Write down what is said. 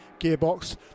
gearbox